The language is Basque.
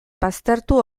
baztertu